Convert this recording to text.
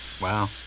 Wow